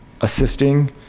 assisting